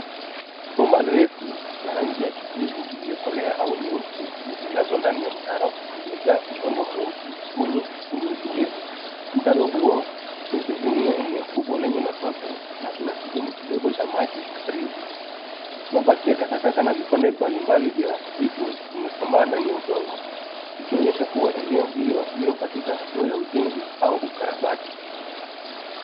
Bomba refu la rangi ya kijivu, iliyokolea au nyeusi, limelazwa ndani ya mtaro uliojaa udongo mweusi wenye unyevunyevu. Mtaro huo ni sehemu ya eneo kubwa lenye matope na kuna kidimbwi kindogo cha maji karibu. Mabaki ya takataka na vipande mbalimbali vya vitu vimesambaa ndani ya udongo, vikionyesha kuwa eneo hilo liko katika hatua ya ujenzi au ukarabati.